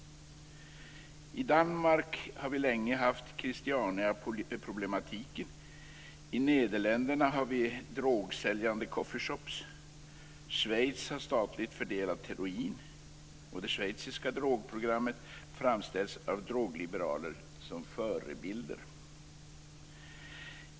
I Danmark här vi länge haft Christianiaproblemen, i Nederländerna finns drogsäljande coffee shops och i Schweiz finns statligt fördelat heroin. Det schweiziska drogprogrammet framställs av drogliberaler som en förebild.